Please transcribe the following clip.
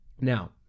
Now